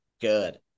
Good